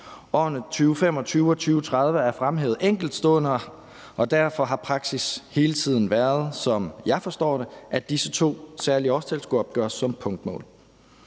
Årene 2025 og 2030 er fremhævet som enkeltstående år, og derfor har praksis hele tiden været, som jeg forstår det, at disse to særlige årstal skulle opgøres som punktmål.